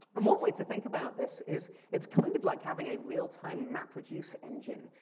and one way to think about this is, it's kind of like having a real-time map-reduce engine.